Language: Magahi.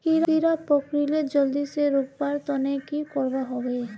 कीड़ा पकरिले जल्दी से रुकवा र तने की करवा होबे?